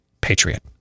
patriot